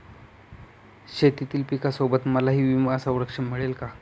शेतीतील पिकासोबत मलाही विमा संरक्षण मिळेल का?